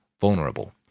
vulnerable